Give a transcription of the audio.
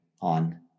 on